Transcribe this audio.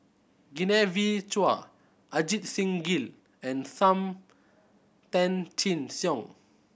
Genevieve Chua Ajit Singh Gill and Sam Tan Chin Siong